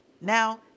now